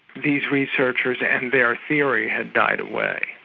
these researchers and their theory had died away.